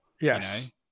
Yes